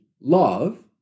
love